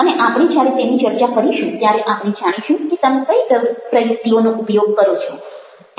અને આપણે જ્યારે તેની ચર્ચા કરીશું ત્યારે આપણે જાણીશું કે તમે કઈ પ્રયુક્તિઓનો ઉપયોગ કરો છો